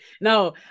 no